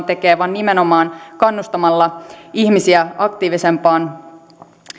tekee vaan nimenomaan kannustamalla ihmisiä aktiivisempaan